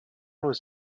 was